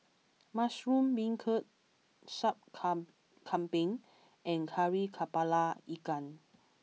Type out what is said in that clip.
Mushroom Beancurd Sup come Kambing and Kari Kepala Ikan